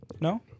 No